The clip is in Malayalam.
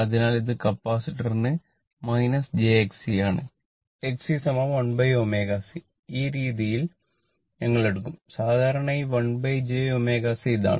അതിനാൽ ഇത് കപ്പാസിറ്ററിന് jXC ആണ് XC 1ω C ഈ രീതിയിൽ ഞങ്ങൾ എടുക്കും സാധാരണയായി 1j ω C ഇതാണ്